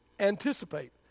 Anticipate